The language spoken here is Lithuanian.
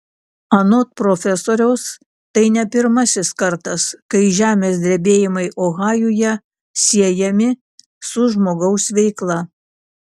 anot profesoriaus tai ne pirmasis kartais kai žemės drebėjimai ohajuje siejami su žmogaus veikla